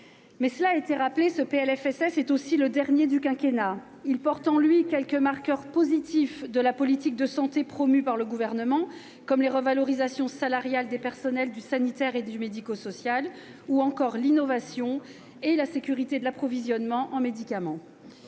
et des retraites. Ce PLFSS est le dernier du quinquennat. Il porte en lui quelques marqueurs positifs de la politique de santé promue par le Gouvernement, tels que les revalorisations salariales des personnels des secteurs sanitaire et médico-social ou l'innovation et la sécurité de l'approvisionnement en médicaments.